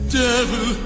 devil